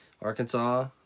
Arkansas